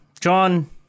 John